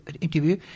interview